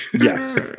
Yes